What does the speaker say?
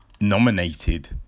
nominated